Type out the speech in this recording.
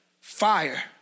Fire